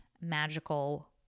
magical